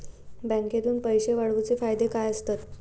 बँकेतून पैशे पाठवूचे फायदे काय असतत?